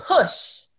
push